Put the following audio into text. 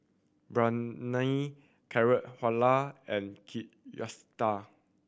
Biryani Carrot Halwa and Kushikatsu